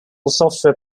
software